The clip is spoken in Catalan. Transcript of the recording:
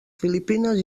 filipines